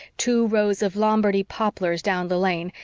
two rows of lombardy poplars down the lane,